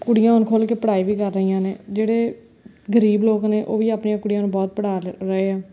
ਕੁੜੀਆਂ ਹੁਣ ਖੁਲ੍ਹ ਕੇ ਪੜ੍ਹਾਈ ਵੀ ਕਰ ਰਹੀਆਂ ਨੇ ਜਿਹੜੇ ਗਰੀਬ ਲੋਕ ਨੇ ਉਹ ਵੀ ਆਪਣੀਆਂ ਕੁੜੀਆਂ ਨੂੰ ਬਹੁਤ ਪੜ੍ਹਾ ਲ ਰਹੇ ਆ